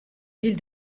ville